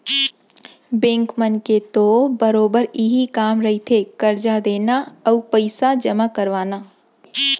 bank मन के तो बरोबर इहीं कामे रहिथे करजा देना अउ पइसा जमा करवाना